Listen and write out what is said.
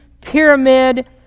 pyramid